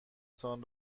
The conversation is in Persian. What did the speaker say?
تان